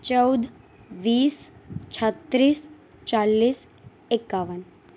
ચૌદ વીસ છત્રીસ ચાળીસ એકાવન